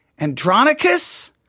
Andronicus